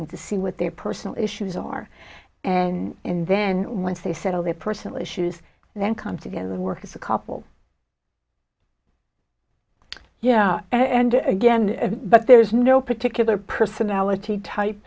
g to see what their personal issues are and then once they settle their personal issues and then come together work as a couple yeah and again but there's no particular personality type